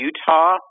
Utah